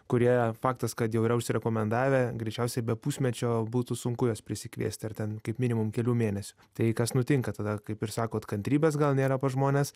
kurie faktas kad jau yra užsirekomendavę greičiausiai be pusmečio būtų sunku juos prisikviesti ar ten kaip minimum kelių mėnesių tai kas nutinka tada kaip ir sakot kantrybės gal nėra pas žmones